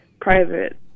private